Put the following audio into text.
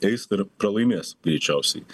eis ir pralaimės greičiausiai